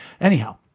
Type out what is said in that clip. anyhow